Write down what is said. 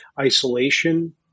isolation